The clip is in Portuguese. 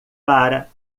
para